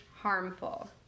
harmful